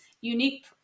unique